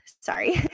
sorry